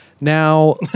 Now